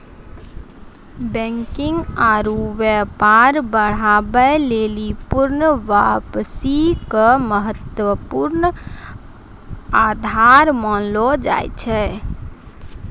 banking आरु व्यापार बढ़ाबै लेली पूर्ण वापसी के महत्वपूर्ण आधार मानलो जाय छै